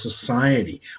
society